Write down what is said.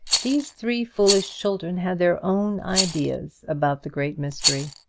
these three foolish children had their own ideas about the great mystery.